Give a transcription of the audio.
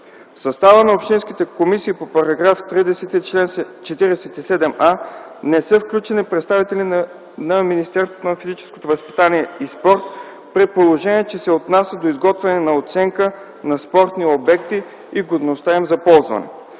състава на общинските комисии по § 30, чл.47а , не са включени представители на Министерството на физическото възпитание и спорта, при положение че се отнася до изготвяне на оценка на спортните обекти и годността за ползването